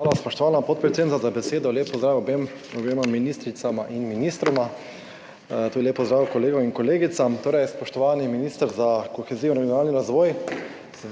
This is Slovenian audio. Hvala, spoštovana podpredsednica, za besedo. Lep pozdrav obema ministricama in ministroma! Lep pozdrav tudi kolegom in kolegicam! Spoštovani minister za kohezijo in regionalni razvoj!